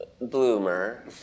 bloomer